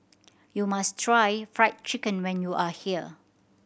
you must try Fried Chicken when you are here